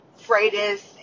Freitas